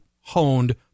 honed